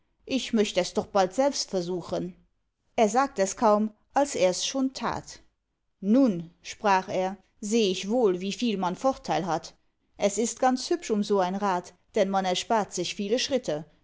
ich möcht es doch bald selbst versuchen er sagt es kaum als ers schon tat nun sprach er seh ich wohl wieviel man vorteil hat es ist ganz hübsch um so ein rad denn man erspart sich viele schritte